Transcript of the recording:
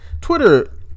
Twitter